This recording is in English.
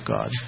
God